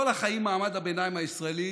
כל החיים מעמד הביניים הישראלי